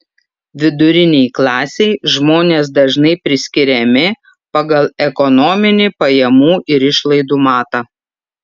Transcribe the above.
vidurinei klasei žmonės dažnai priskiriami pagal ekonominį pajamų ir išlaidų matą